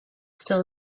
still